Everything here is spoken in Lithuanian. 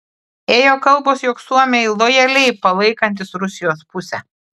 ėjo kalbos jog suomiai lojaliai palaikantys rusijos pusę